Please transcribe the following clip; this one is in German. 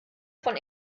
von